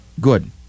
Good